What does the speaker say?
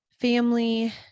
family